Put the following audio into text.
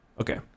Okay